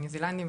הניו זילנדים,